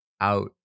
out